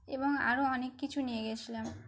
এবং আরও অনেক কিছু নিয়ে গেছিলাম